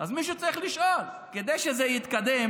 אז מישהו צריך לשאול, כדי שזה יתקדם,